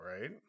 right